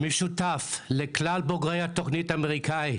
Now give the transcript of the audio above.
המשותף לכלל התוכנית האמריקאית